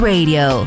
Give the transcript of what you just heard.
Radio